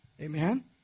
Amen